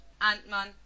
Ant-Man